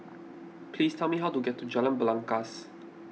please tell me how to get to Jalan Belangkas